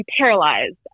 paralyzed